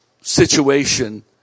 situation